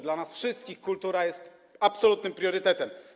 Dla nas wszystkich kultura jest absolutnym priorytetem.